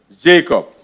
Jacob